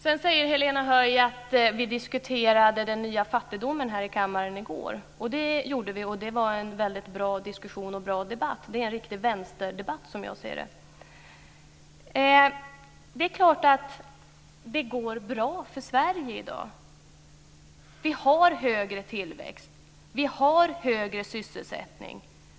Helena Höij säger att vi diskuterade den nya fattigdomen i kammaren i går. Det var en bra diskussion och debatt. Det är en riktig vänsterdebatt. Det är klart att det går bra för Sverige i dag. Vi har högre tillväxt. Vi har högre sysselsättning.